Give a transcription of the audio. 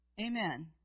amen